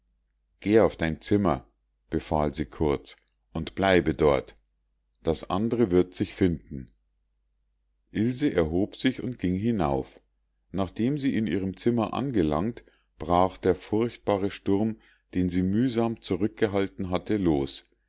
geh auf dein zimmer befahl sie kurz und bleibe dort das andre wird sich finden ilse erhob sich und ging hinauf nachdem sie in ihrem zimmer angelangt brach der furchtbare sturm den sie mühsam zurückgehalten hatte los